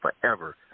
forever